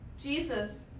Jesus